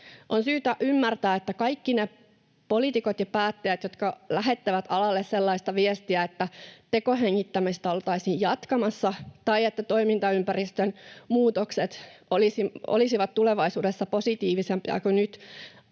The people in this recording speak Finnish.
On syytä ymmärtää, että kaikki ne poliitikot ja päättäjät, jotka lähettävät alalle sellaista viestiä, että tekohengittämistä oltaisiin jatkamassa tai että toimintaympäristön muutokset olisivat tulevaisuudessa positiivisempia kuin nyt,